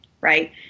right